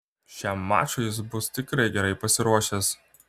šiam mačui jis bus tikrai gerai pasiruošęs